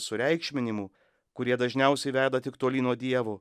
sureikšminimų kurie dažniausiai veda tik tolyn nuo dievo